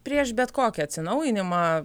prieš bet kokį atsinaujinimą